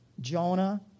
Jonah